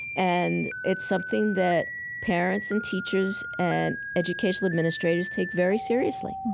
and it's something that parents and teachers and educational administrators take very seriously.